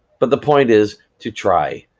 but the point is, to try,